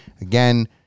again